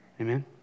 Amen